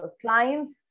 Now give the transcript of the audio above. clients